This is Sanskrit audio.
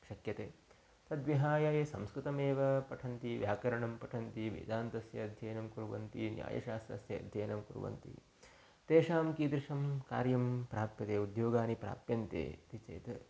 शक्यते तद्विहाय ये संस्कृतमेव पठन्ति व्याकरणं पठन्ति वेदान्तस्य अध्ययनं कुर्वन्ति न्यायशास्त्रस्य अध्ययनं कुर्वन्ति तेषां कीदृशं कार्यं प्राप्यते उद्योगानि प्राप्यन्ते इति चेत्